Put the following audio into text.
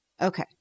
Okay